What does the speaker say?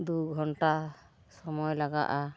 ᱫᱩ ᱜᱷᱚᱱᱴᱟ ᱥᱚᱢᱚᱭ ᱞᱟᱜᱟᱜᱼᱟ